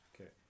okay